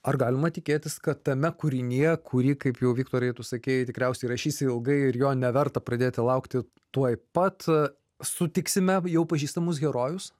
ar galima tikėtis kad tame kūrinyje kurį kaip jau viktorai tu sakei tikriausiai rašysi ilgai ir jo neverta pradėti laukti tuoj pat sutiksime jau pažįstamus herojus